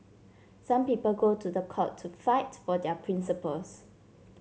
some people go to the court to fight for their principles